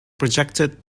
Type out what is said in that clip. projected